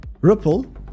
Ripple